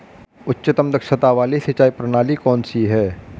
उच्चतम दक्षता वाली सिंचाई प्रणाली कौन सी है?